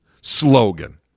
slogan